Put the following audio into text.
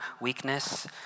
weakness